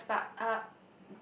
yes but uh